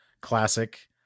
classic